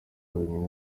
wenyine